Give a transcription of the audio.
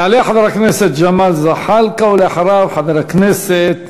יעלה חבר הכנסת ג'מאל זחאלקה, ואחריו, חבר הכנסת